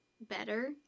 better